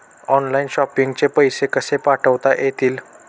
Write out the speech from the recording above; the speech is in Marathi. ऑनलाइन शॉपिंग चे पैसे कसे पाठवता येतील?